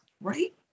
right